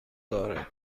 دارد